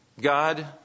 God